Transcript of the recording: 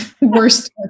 worst